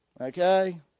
Okay